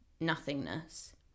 nothingness